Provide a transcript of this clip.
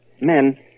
Men